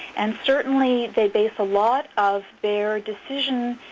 and certainly they base a lot of their decisions